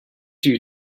you